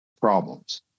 problems